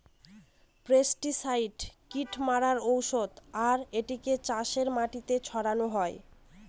pesticide কীট মারার ঔষধ আর এটিকে চাষের মাটিতে ছড়ানো হয়